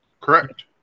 Correct